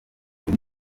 uyu